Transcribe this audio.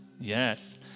Yes